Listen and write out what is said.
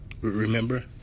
Remember